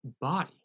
body